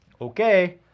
Okay